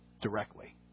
directly